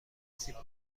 سیب